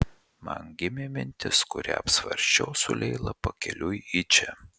man gimė mintis kurią apsvarsčiau su leila pakeliui į čia